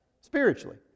spiritually